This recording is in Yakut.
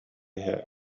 иһэ